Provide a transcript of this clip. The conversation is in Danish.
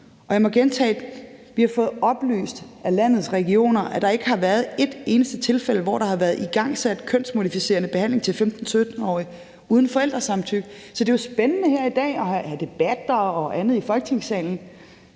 Og jeg må gentage: Vi har fået oplyst af landets regioner, at der ikke har været et eneste tilfælde, hvor der har været igangsat kønsmodificerende behandling til 15-17-årige uden forældresamtykke. Så det er jo spændende her i dag at have debatter og andet i Folketingssalen.